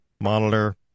monitor